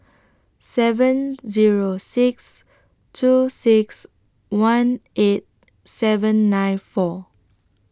seven Zero six two six one eight seven nine four